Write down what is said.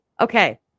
Okay